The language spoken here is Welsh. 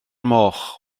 moch